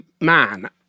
man